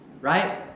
right